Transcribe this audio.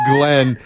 Glenn